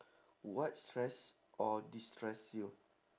what stress or destress you